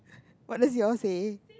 what does yours say